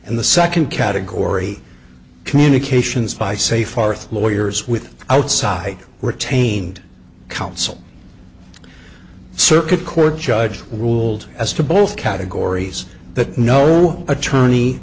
and the second category communications by seyfarth lawyers with outside retained counsel circuit court judge ruled as to both categories that no attorney